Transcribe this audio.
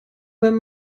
wenn